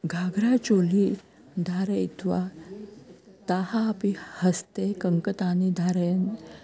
घाघ्राचोली धारयित्वा ताः अपि हस्ते कङ्कतानि धारयन्